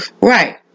Right